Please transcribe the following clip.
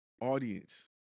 audience